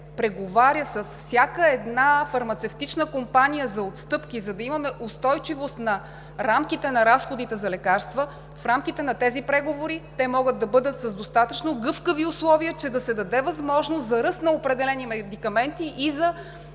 преговаря с всяка една фармацевтична компания за отстъпки, за да имаме устойчивост на рамките на разходите за лекарства, в рамките на тези преговори те могат да бъдат с достатъчно гъвкави условия, че да се даде възможност за ръст на определени медикаменти и за